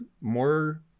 more